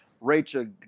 Rachel